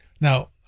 Now